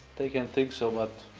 they can think so but,